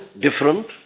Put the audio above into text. different